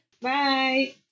Bye